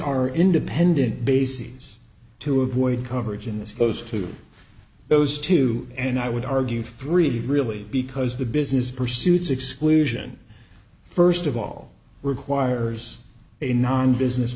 are independent bases to avoid coverage in this post to those two and i would argue three really because the business pursuits exclusion first of all requires a non business